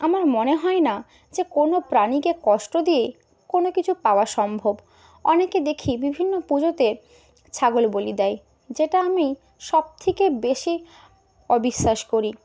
আমার মনে হয় না যে কোনও প্রাণীকে কষ্ট দিয়েই কোনও কিছু পাওয়া সম্ভব অনেকে দেখি বিভিন্ন পুজোতে ছাগল বলি দেয় যেটা আমি সবথেকে বেশি অবিশ্বাস করি